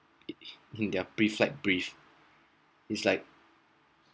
in their pre-flight brief it's like